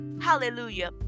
Hallelujah